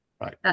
Right